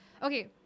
Okay